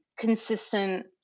consistent